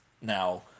now